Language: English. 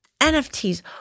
NFTs